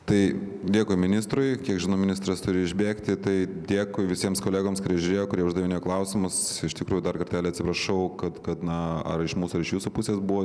tai dėkui ministrui kiek žinau ministras turi išbėgti tai dėkui visiems kolegoms kurie žiūrėjo kurie uždavinėjo klausimus iš tikrųjų dar kartelį atsiprašau kad kad na ar iš mūsų ar iš jūsų pusės buvo